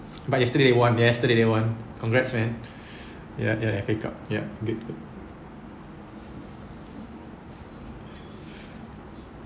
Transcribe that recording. but yesterday won yesterday they won congrats man ya ya pick up good good